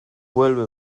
vuelve